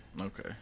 Okay